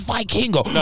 Vikingo